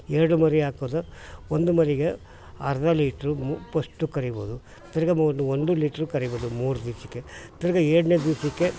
ಎರಡು ಮರಿ ಹಾಕೊದು ಒಂದು ಮರಿಗೆ ಅರ್ಧ ಲೀಟ್ರು ಮು ಪಶ್ಟು ಕರಿಬೋದು ತಿರ್ಗಿ ಮೂರು ಒಂದು ಲೀಟ್ರ್ ಕರಿಬೊದು ಮೂರು ದಿವಸಕ್ಕೆ ತಿರ್ಗಿ ಎರಡನೇ ದಿವಸಕ್ಕೆ